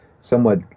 somewhat